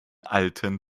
alten